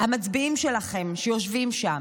המצביעים שלכם שיושבים שם.